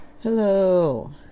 hello